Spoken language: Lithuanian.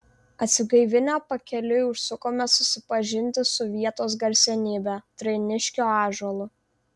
atsigaivinę pakeliui užsukome susipažinti su vietos garsenybe trainiškio ąžuolu